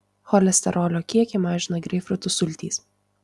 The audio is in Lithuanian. cholesterolio kiekį mažina greipfrutų sultys